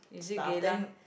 stuff then